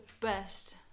best